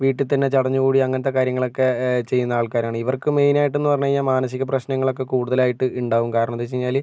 വീട്ടിൽ തന്നെ ചടഞ്ഞു കൂടി അങ്ങനത്തെ കാര്യങ്ങളൊക്കെ ചെയ്യുന്ന ആൾക്കാരാണ് ഇവർക്ക് മെയിനായിട്ടെന്ന് പറഞ്ഞു കഴിഞ്ഞാൽ മാനസിക പ്രശ്നങ്ങൾ ഒക്കെ കൂടുതലായിട്ടും ഉണ്ടാകും കാരണം എന്ന് വെച്ച് കഴിഞ്ഞാൽ